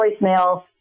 voicemail